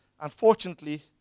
Unfortunately